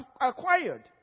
acquired